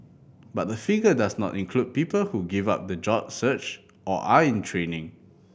but the figure does not include people who give up the job search or are in training